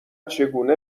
چگونه